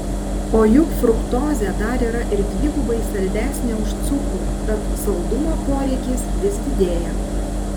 o juk fruktozė dar yra ir dvigubai saldesnė už cukrų tad saldumo poreikis vis didėja